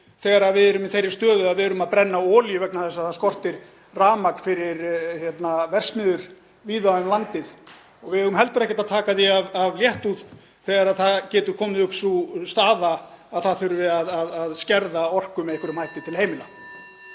þegar við erum í þeirri stöðu að við erum að brenna olíu vegna þess að það skortir rafmagn fyrir verksmiðjur víða um landið. Við eigum heldur ekki að taka því af léttúð þegar það getur komið upp sú staða að það þurfi að skerða orku með einhverjum hætti til heimila.